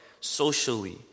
socially